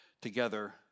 together